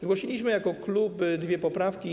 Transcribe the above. Zgłosiliśmy jako klub dwie poprawki.